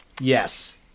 Yes